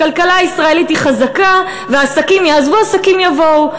הכלכלה הישראלית חזקה, ועסקים יעזבו, עסקים יבואו.